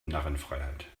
narrenfreiheit